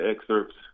excerpts